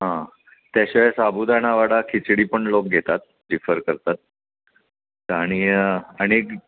हां त्याशिवाय साबुदाणावडा खिचडी पण लोक घेतात प्रिफर करतात आणि आणि